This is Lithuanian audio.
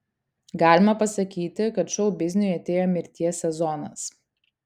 galima pasakyti kad šou bizniui atėjo mirties sezonas